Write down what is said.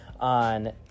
on